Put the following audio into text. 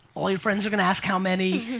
all your friends are gonna ask how many.